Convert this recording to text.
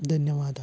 धन्यवादाः